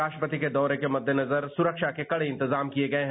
राष्ट्रपति के दौरे के मद्देनजर सुरक्षा के कड़े इंतजाम किये गये हैं